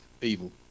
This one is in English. evil